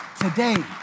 today